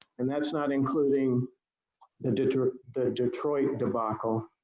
and that is not including the detroit the detroit debacle.